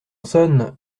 sonne